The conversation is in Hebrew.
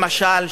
למשל,